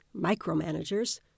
micromanagers